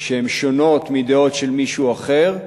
שהן שונות מדעות של מישהו אחר,